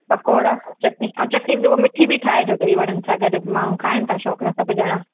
पकोड़ा चटिणी ऐं चटिणी बि हूअ मिठी बि ठाहिजो ॾई वड़नि सां गॾु माण्हूं खाइन था शौंक़ु सां सभु ॼणां